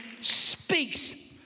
speaks